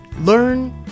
learn